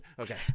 okay